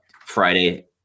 Friday